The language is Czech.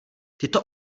tyto